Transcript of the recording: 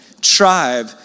tribe